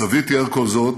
סבי תיאר כל זאת